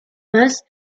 más